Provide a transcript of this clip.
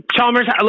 Chalmers